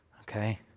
okay